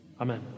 Amen